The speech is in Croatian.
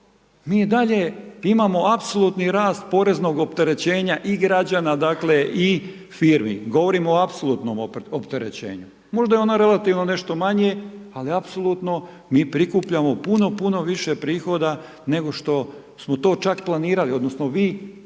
i dalje imamo apsolutni rast poreznog opterećenja i građana dakle i firmi, govorimo o apsolutnom opterećenju. Možda je ono relativno nešto manje ali apsolutno mi prikupljamo puno, puno više prihoda nego što smo to čak planirali odnosno vi kao